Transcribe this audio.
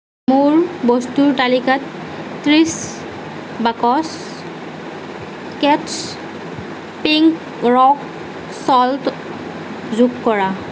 মোৰ বস্তুৰ তালিকাত ত্ৰিছ বাকচ কেটছ পিংক ৰ'ক ছল্ট যোগ কৰা